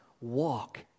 Walk